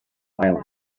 islands